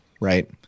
right